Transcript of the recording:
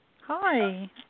Hi